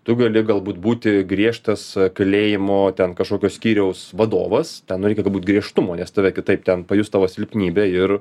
tu gali galbūt būti griežtas kalėjimo ten kažkokio skyriaus vadovas ten nu reikia turbūt griežtumo nes tave kitaip ten pajus tavo silpnybę ir